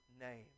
name